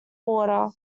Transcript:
border